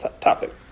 topic